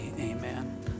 Amen